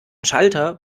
schalter